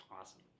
awesome